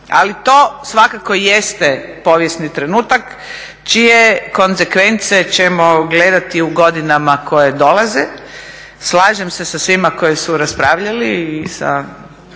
Ali to svakako jeste povijesni trenutak čije konsekvence ćemo gledati u godinama koje dolaze. Slažem se sa svima koji su raspravljali i sa,